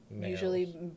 usually